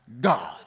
God